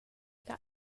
got